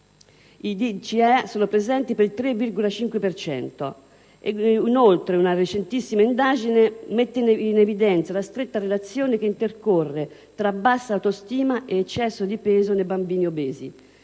sono presenti per il 3,5 per cento; inoltre, una recentissima indagine mette in evidenza la stretta relazione che intercorre tra bassa autostima e eccesso di peso nei bambini obesi.